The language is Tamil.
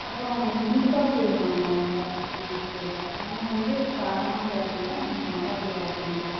அப்புறம் இனிப்பாக செய்வாங்க அவங்க நார்த்து சைடில் நம்ம வந்து காரமாக செய்கிறதுனால நம்ம மிளகாத்தூளு ஆட் பண்ணிக்கிறோம்